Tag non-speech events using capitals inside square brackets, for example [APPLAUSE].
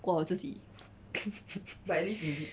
怪我自己 [LAUGHS]